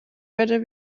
whether